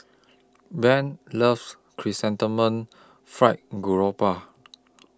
Bev loves Chrysanthemum Fried Garoupa